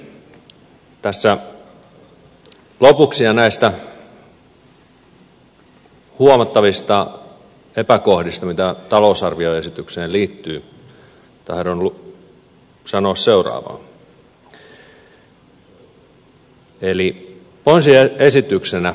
tässä lopuksi näistä huomattavista epäkohdista johtuen mitä talousarvioesitykseen liittyy teen seuraavan epäluottamusehdotuksen